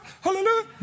hallelujah